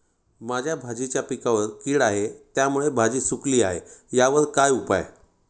माझ्या भाजीच्या पिकावर कीड आहे त्यामुळे भाजी सुकली आहे यावर काय उपाय?